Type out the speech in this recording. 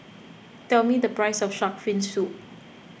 tell me the price of Shark's Fin Soup